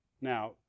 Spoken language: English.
Now